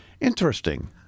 Interesting